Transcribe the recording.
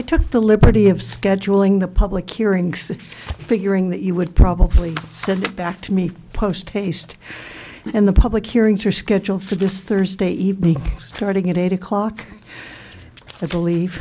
i took the liberty of scheduling the public hearings figuring that you would probably send back to me post haste and the public hearings are scheduled for this thursday evening starting at eight o'clock i belie